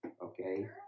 Okay